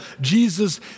Jesus